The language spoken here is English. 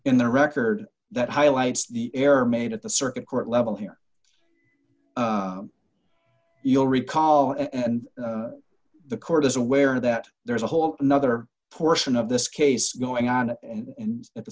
in the record that highlights the error made at the circuit court level here you'll recall and the court is aware that there is a whole nother portion of this case going on and at the